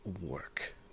work